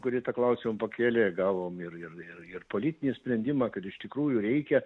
kuri tą klausimą pakėlė gavom ir ir ir ir politinį sprendimą kad iš tikrųjų reikia